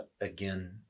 again